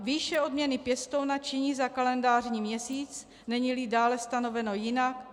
Výše odměny pěstouna činí za kalendářní měsíc, neníli dále stanoveno jinak